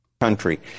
country